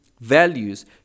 values